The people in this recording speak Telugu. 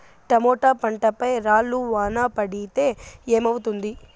టమోటా పంట పై రాళ్లు వాన పడితే ఏమవుతుంది?